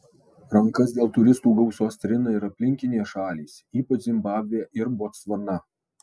rankas dėl turistų gausos trina ir aplinkinės šalys ypač zimbabvė ir botsvana